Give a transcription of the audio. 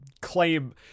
claim